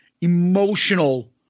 Emotional